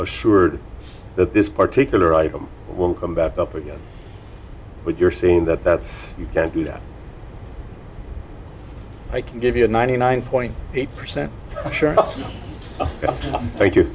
assured that this particular item will come back up again but you're seeing that that's you can't do that i can give you ninety nine point eight percent sure thank you